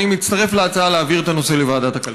אני מצטרף להצעה להעביר את הנושא לוועדת הכלכלה.